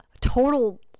total